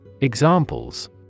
Examples